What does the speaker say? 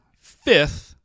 fifth